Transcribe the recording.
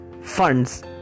funds